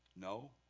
No